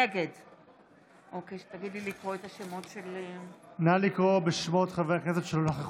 נגד נא לקרוא בשמות חברי הכנסת שלא נכחו.